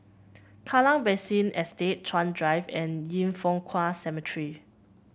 Kallang Basin Estate Chuan Drive and Yin Foh Kuan Cemetery